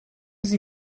sie